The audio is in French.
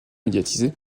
médiatisée